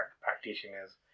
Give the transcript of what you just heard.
practitioners